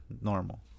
normal